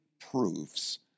proofs